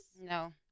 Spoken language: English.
No